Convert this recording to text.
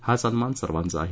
हा सन्मान सर्वांचा आहे